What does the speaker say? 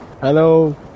Hello